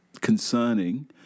concerning